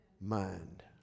mind